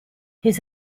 his